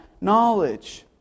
knowledge